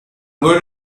going